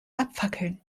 abfackeln